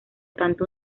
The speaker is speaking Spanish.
tanto